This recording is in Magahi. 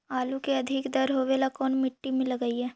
आलू के अधिक दर होवे ला कोन मट्टी में लगीईऐ?